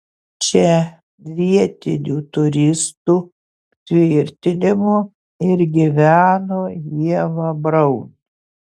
čia vietinių turistų tvirtinimu ir gyveno ieva braun